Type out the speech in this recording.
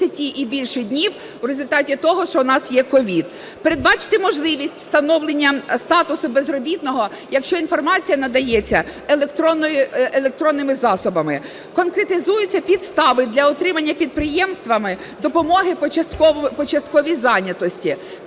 Передбачити можливість встановлення статусу безробітного, якщо інформація надається електронними засобами. Конкретизуються підстави для отримання підприємствами допомогами по часткові занятості.